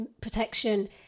protection